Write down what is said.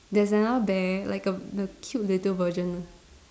there's another bear like a the cute little version